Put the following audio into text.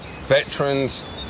veterans